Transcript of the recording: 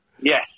Yes